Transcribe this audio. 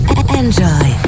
enjoy